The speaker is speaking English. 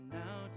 now